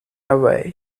away